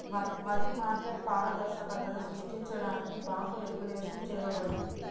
మరి మార్కెట్ పారదర్శకతను సృష్టించడానికి బాంకు రెగ్వులేషన్ చేయబడింది